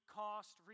cost